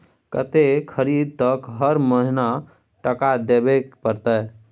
कत्ते तारीख तक हर महीना टका देबै के परतै?